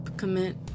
Commit